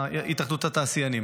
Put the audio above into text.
התאחדות התעשיינים.